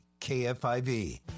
KFIV